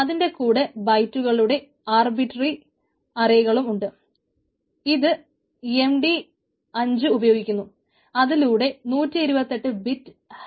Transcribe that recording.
അതിന്റെ കൂടെ ബൈറ്റുകളുടെ മൂല്യങ്ങൾ ഉണ്ടാകും